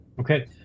okay